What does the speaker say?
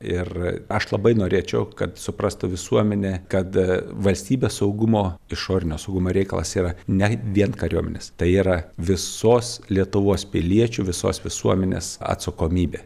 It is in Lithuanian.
ir aš labai norėčiau kad suprastų visuomenė kad valstybės saugumo išorinio saugumo reikalas yra ne vien kariuomenės tai yra visos lietuvos piliečių visos visuomenės atsakomybė